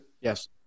Yes